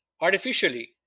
artificially